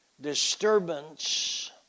disturbance